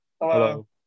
Hello